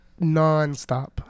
nonstop